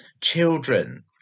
children